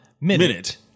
Minute